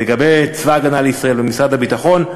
לגבי צבא הגנה לישראל ומשרד הביטחון,